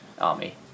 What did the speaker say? army